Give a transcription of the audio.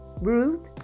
Ruth